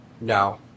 No